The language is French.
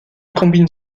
combine